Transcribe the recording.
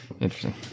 Interesting